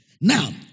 Now